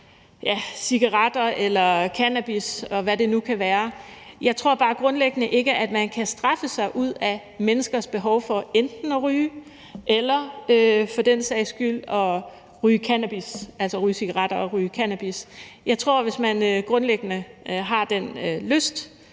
Jeg tror bare grundlæggende ikke, at man kan straffe sig ud af menneskers behov for enten at ryge cigaretter eller for den sags skyld at ryge cannabis. Jeg tror, at hvis man grundlæggende har den lyst,